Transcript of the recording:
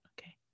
Okay